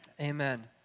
Amen